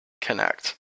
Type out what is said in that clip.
Connect